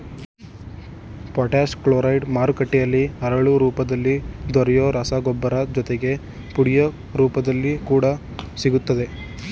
potash chloride ಮಾರುಕಟ್ಟೆಲಿ ಹರಳು ರೂಪದಲ್ಲಿ ದೊರೆಯೊ ರಸಗೊಬ್ಬರ ಜೊತೆಗೆ ಪುಡಿಯ ರೂಪದಲ್ಲಿ ಕೂಡ ಸಿಗ್ತದೆ